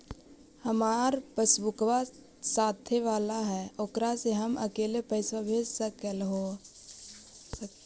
हमार पासबुकवा साथे वाला है ओकरा से हम अकेले पैसावा भेज सकलेहा?